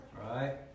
right